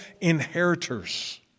inheritors